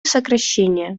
сокращения